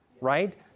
Right